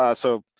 ah so,